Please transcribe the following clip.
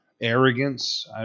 arrogance